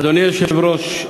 אדוני היושב-ראש,